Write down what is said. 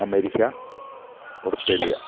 America Australia